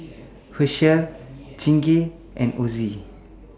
Herschel Chingay and Ozi